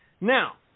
Now